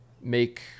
make